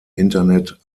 internet